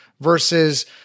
versus